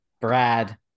Brad